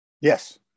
yes